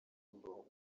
kuko